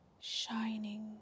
shining